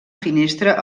finestra